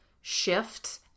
shift